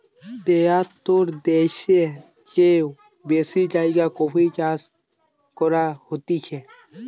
তেয়াত্তর দ্যাশের চেও বেশি জাগায় কফি চাষ করা হতিছে